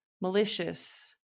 malicious